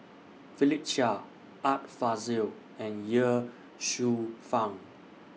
Philip Chia Art Fazil and Ye Shufang